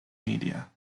media